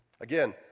Again